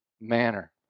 manner